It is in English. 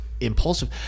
impulsive